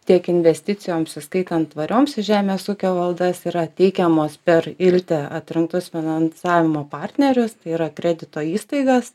tiek investicijoms įskaitant tvarioms žemės ūkio valdas yra teikiamos per ilte atrinktus finansavimo partnerius tai yra kredito įstaigas